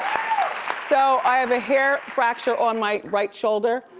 so i have a hair fracture on my right shoulder,